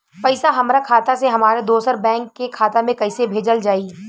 पैसा हमरा खाता से हमारे दोसर बैंक के खाता मे कैसे भेजल जायी?